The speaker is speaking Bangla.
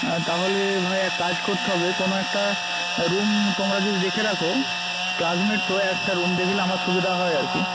আর তাহলে ভাই এক কাজ করতে হবে কোনো একটা রুম তোমরা যদি দেখে রাখো ক্লাসমেট বা একটা রুম দেখলে আমার সুবিধা হয় আর কি